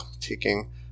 taking